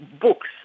books